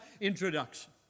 introduction